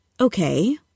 Okay